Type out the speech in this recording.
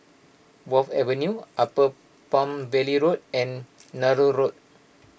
Wharf Avenue Upper Palm Valley Road and Nallur Road